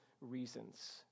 reasons